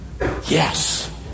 Yes